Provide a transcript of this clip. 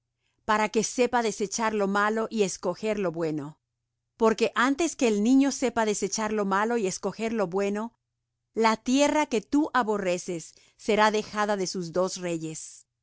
para que sepa desechar lo malo y escoger lo bueno porque antes que el niño sepa desechar lo malo y escoger lo bueno la tierra que tú aborreces será dejada de sus dos reyes